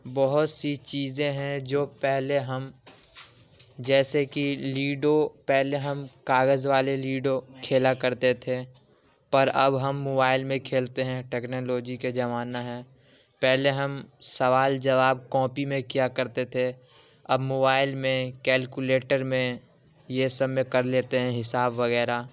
بہت سی چیزیں ہیں جو پہلے ہم جیسے کہ لیڈو پہلے ہم کاغذ والے لیڈو کھیلا کرتے تھے پر اب ہم موبائل میں کھیلتے ہیں ٹیکنالوجی کے زمانہ ہے پہلے ہم سوال جواب کوپی میں کیا کرتے تھے اب موبائل میں کیلکولیٹر میں یہ سب میں کر لیتے ہیں حساب وغیرہ